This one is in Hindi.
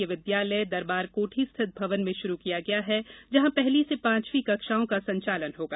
यह विद्यालय दरबार कोठी स्थित भवन में शुरू किया गया है जहां पहली से पांचवी कक्षाओं का संचालन होगा